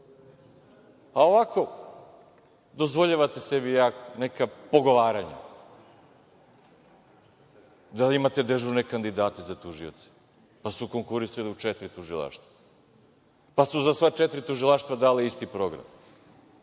Ovako dozvoljavate sebi neka ogovaranja, da li imate dežurne kandidate za tužioce, pa su konkurisali u četiri tužilaštva, pa su za sva četiri tužilaštva dali isti program,